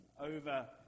over